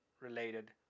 related